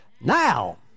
now